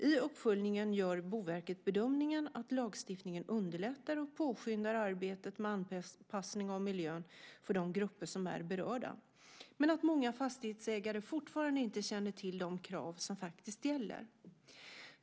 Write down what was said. I uppföljningen gör Boverket bedömningen att lagstiftningen underlättar och påskyndar arbetet med anpassning av miljön för de grupper som är berörda, men att många fastighetsägare fortfarande inte känner till de krav som faktiskt gäller.